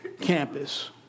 campus